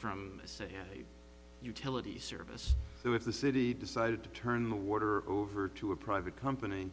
from say a utility service so if the city decided to turn the water over to a private company